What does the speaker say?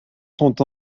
sont